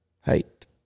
Height